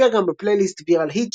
והופיע גם בפלייליסט "Viral Hits"